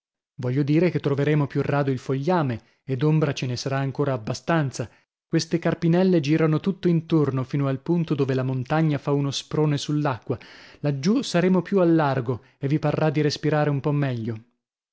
voglio dire che troveremo più rado il fogliame e d'ombra ce ne sarà ancora abbastanza queste carpinelle girano tutto intorno fino al punto dove la montagna fa uno sprone sull'acqua laggiù saremo più al largo e vi parrà di respirare un po meglio